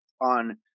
on